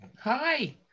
Hi